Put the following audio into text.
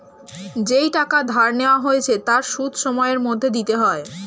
যেই টাকা ধার নেওয়া হয়েছে তার সুদ সময়ের মধ্যে দিতে হয়